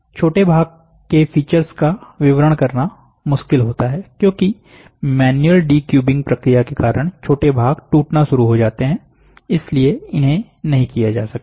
छोटे भाग के फीचर्स का विवरण करना मुश्किल होता है क्योंकि मैन्युअल डीक्यूबिंग प्रक्रिया के कारण छोटे भाग टूटना शुरू हो जाते हैं इसलिए इन्हें नहीं किया जा सकता है